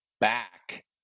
back